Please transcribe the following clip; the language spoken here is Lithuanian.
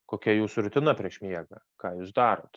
kokia jūsų rutina prieš miegą ką jūs darot